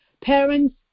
parents